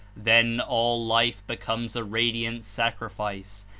then all life becomes a radiant sacrifice,